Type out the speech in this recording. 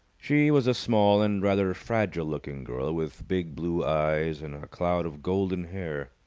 she was a small and rather fragile-looking girl, with big blue eyes and a cloud of golden hair.